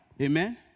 Amen